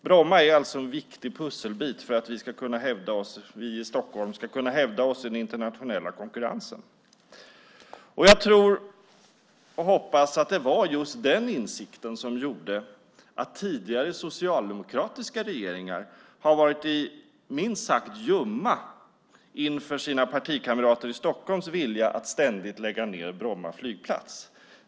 Bromma är alltså en viktig pusselbit för att vi i Stockholm ska kunna hävda oss i den internationella konkurrensen, och jag tror och hoppas att just den insikten gjort att tidigare socialdemokratiska regeringar varit minst sagt ljumma inför sina stockholmska partikamraters ständiga vilja att lägga ned Bromma flygplats.